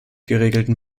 geregelten